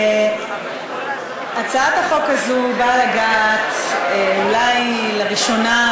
הצעת החוק הזו באה לגעת אולי לראשונה,